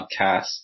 podcast